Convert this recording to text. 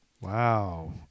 Wow